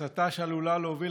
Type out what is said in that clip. הסתה שעלולה להוביל,